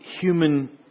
human